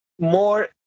more